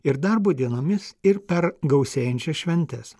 ir darbo dienomis ir per gausėjančias šventes